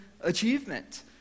achievement